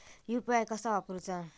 UPI कसा वापरूचा?